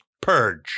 Purge